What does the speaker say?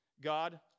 God